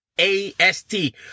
A-S-T